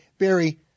Barry